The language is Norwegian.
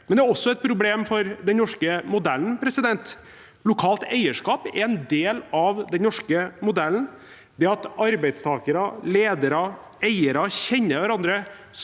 Det er også et problem for den norske modellen. Lokalt eierskap er en del av den norske modellen. Det at arbeidstakere, ledere og eiere kjenner hverandre,